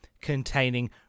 containing